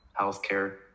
healthcare